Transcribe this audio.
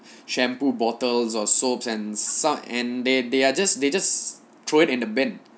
shampoo bottles or soaps and suck and they they are just they just throw it in the bin